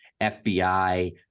FBI